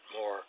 more